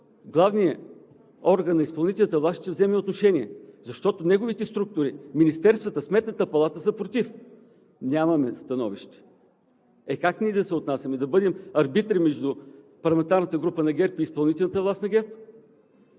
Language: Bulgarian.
главния орган на изпълнителната власт ще вземе отношение, защото неговите структури – министерствата, Сметната палата, са против. Нямаме становище. Е, как ние да се отнасяме? Да бъдем арбитри между парламентарната група на ГЕРБ и изпълнителната власт на ГЕРБ.